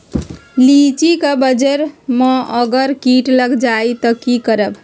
लिचि क मजर म अगर किट लग जाई त की करब?